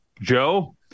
Joe